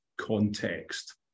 context